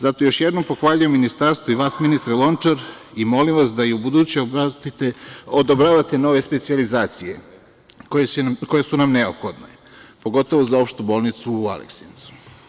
Zato, još jednom pohvaljujem Ministarstvo i vas ministre Lončar i molim vas da i ubuduće odobravate nove specijalizacije koje su nam neophodne, pogotovo za opštu bolnicu u Aleksincu.